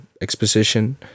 exposition